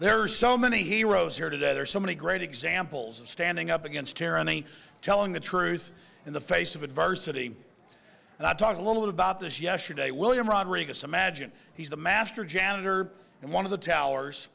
there are so many heroes here today there are so many great examples of standing up against tyranny telling the truth in the face of adversity and i talked a little bit about this yesterday william rodriguez imagine he's the master janitor and one of the towers